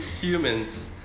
Humans